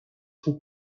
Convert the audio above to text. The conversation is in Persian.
خوب